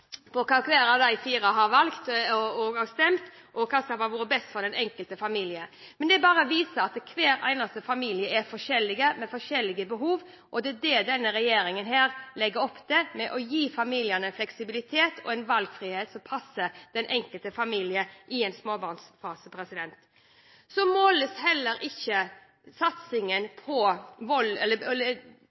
de fire har stemt, eller i hva som hadde vært best for den enkelte familie, men det dette viser, er at hver eneste familie er forskjellig, med forskjellige behov, og det er det denne regjeringen legger opp til ved å gi familiene fleksibilitet og en valgfrihet som passer den enkelte familie i en småbarnsfase. Satsingen på bekjempelse av vold i nære relasjoner eller